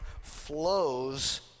flows